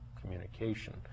communication